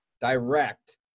direct